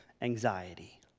anxiety